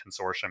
Consortium